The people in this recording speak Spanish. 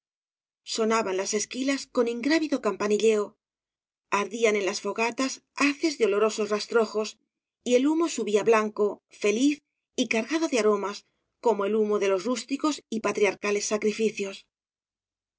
sonaban las esquilas con ingrávido campani íleo ardían en las fogatas haces de olorosos rastrojos y el humo subía blanco feliz y cargado de aromas como el humo de los rústicos y patriarcales sacrificios